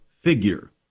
figure